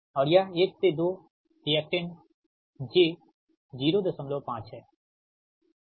और यह 1 से 2 रिएक्टेंस j 05 हैठीक